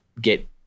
get